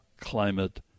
Climate